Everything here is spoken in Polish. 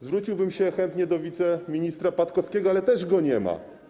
Zwróciłbym się chętnie do wiceministra Patkowskiego, ale też go nie ma.